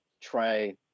try